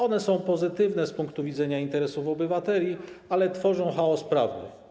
One są pozytywne z punktu widzenia interesów obywateli, ale tworzą chaos prawny.